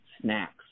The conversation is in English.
snacks